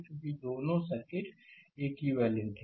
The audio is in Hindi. चूंकि दोनों सर्किट इक्विवेलेंट हैं